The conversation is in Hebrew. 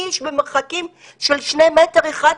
למרות שדרך אגב,